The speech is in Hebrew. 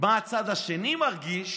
מה הצד השני מרגיש,